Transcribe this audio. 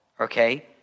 okay